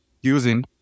using